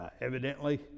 evidently